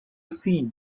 seen